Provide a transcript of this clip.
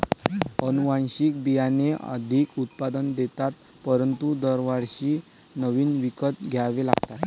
अनुवांशिक बियाणे अधिक उत्पादन देतात परंतु दरवर्षी नवीन विकत घ्यावे लागतात